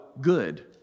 good